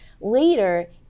later